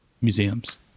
museums